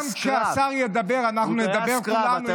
גם כשהשר ידבר, אנחנו נדבר כולנו עם חלוקת שמע.